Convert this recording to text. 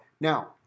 Now